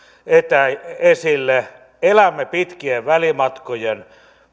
esille elämme pitkien välimatkojen